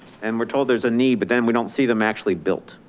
and we're told there's a knee, but then we don't see them actually built.